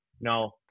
no